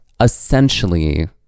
essentially